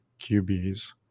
QBs